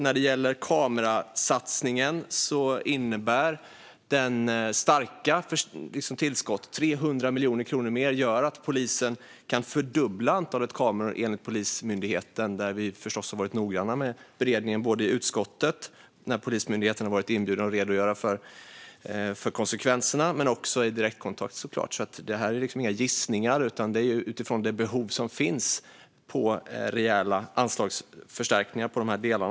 När det gäller kamerasatsningen innebär det stora tillskottet - 300 miljoner kronor mer - att polisen kan fördubbla antalet kameror enligt Polismyndigheten. Där har vi förstås varit noggranna med beredningen både i utskottet, där Polismyndigheten har varit inbjuden för att redogöra för konsekvenserna, och i direktkontakter. Detta är alltså inte några gissningar, utan det är utifrån det behov som finns av rejäla anslagsförstärkningar i dessa delar.